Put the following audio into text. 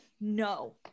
No